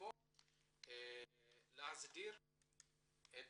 יפו להסדיר את